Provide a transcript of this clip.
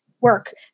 Work